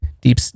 deep